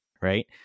right